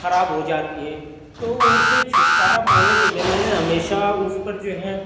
خراب ہو جاتی ہیں تو ان سے چھٹکارا پانے کے لیے میں نے ہمیشہ اس پر جو ہے